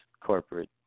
corporate